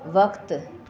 वक़्ति